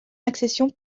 accession